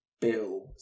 Bill